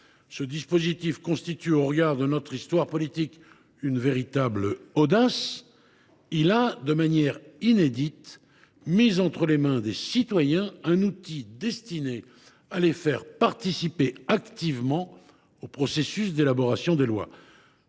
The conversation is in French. dispositif constitue, au regard de notre histoire politique, une véritable audace. Il a, de manière inédite, mis entre les mains des citoyens un outil destiné à les faire participer activement au processus d’élaboration des lois.